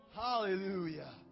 Hallelujah